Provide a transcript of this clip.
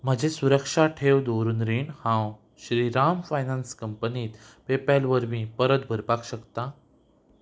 म्हजें सुरक्षा ठेव दवरून रीण हांव श्रीराम फायनान्स कंपनींत रिपॅल वरवीं परत भरपाक शकता